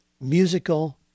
musical